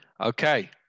Okay